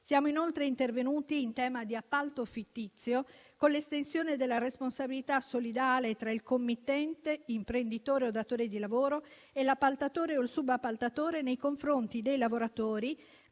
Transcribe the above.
Siamo inoltre intervenuti in tema di appalto fittizio con l'estensione della responsabilità solidale tra committente, imprenditore o datore di lavoro e appaltatore o subappaltatore nei confronti dei lavoratori